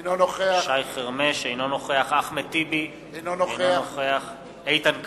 אינו נוכח אחמד טיבי, אינו נוכח איתן כבל,